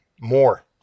More